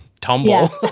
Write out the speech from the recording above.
tumble